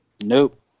Nope